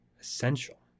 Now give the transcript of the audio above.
essential